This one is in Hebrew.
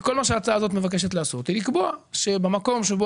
כל מה שהצעת החוק מבקשת לעשות זה לקבוע שבמקום שבו